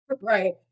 Right